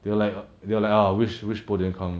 they were like they are like a'ah wish wish pohium come